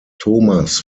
thomas